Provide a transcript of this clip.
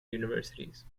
universities